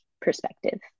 perspective